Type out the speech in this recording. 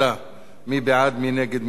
מי נגד?